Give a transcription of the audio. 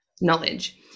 knowledge